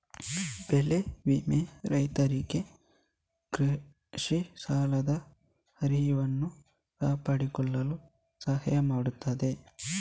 ಬೆಳೆ ವಿಮೆ ರೈತರಿಗೆ ಕೃಷಿ ಸಾಲದ ಹರಿವನ್ನು ಕಾಪಾಡಿಕೊಳ್ಳಲು ಸಹಾಯ ಮಾಡುತ್ತದೆ